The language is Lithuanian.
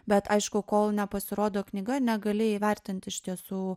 bet aišku kol nepasirodo knyga negali įvertint iš tiesų